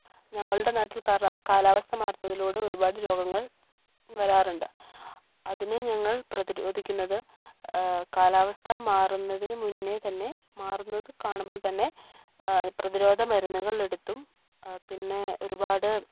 ഞങ്ങളുടെ നാട്ടിൽ കറ കാലാവസ്ഥ മാറുന്നതിലൂടെ ഒരുപാട് രോഗങ്ങൾ വരാറുണ്ട് അതിനെ ഞങ്ങൾ പ്രതിരോധിക്കുന്നത് കാലാവസ്ഥ മാറുന്നതിന് മുന്നേ തന്നെ മാറുന്നത് കാണുമ്പോൾ തന്നെ പ്രതിരോധ മരുന്നുകൾ എടുത്തും പിന്നെ ഒരുപാട്